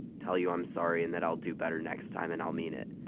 tell you i'm sorry and that i'll do better next time, and i'll mean it.